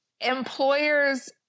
employers